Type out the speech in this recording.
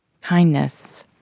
Kindness